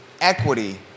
equity